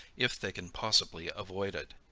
if they can possibly avoid it.